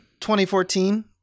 2014